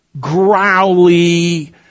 growly